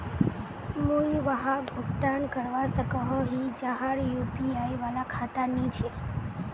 मुई वहाक भुगतान करवा सकोहो ही जहार यु.पी.आई वाला खाता नी छे?